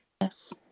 yes